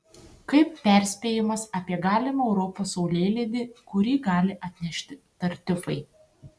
kaip perspėjimas apie galimą europos saulėlydį kurį gali atnešti tartiufai